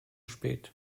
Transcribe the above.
spät